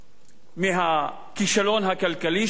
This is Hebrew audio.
מהכישלון הכלכלי של הממשלה,